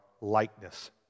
likeness